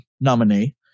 nominee